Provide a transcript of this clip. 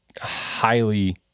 highly